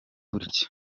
gutya